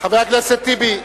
חבר הכנסת טיבי,